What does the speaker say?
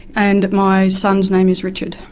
and my son's name is richard.